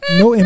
no